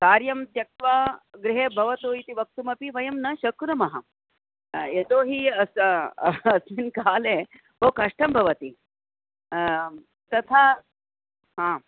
कार्यं त्यक्त्वा गृहे भवतु इति वक्तुमपि वयं न शक्नुमः यतोहि अस्मिन् काले बहु कष्टं भवति तथा हा